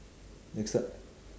next ti~